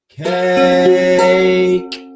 cake